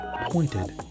pointed